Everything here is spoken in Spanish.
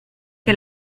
que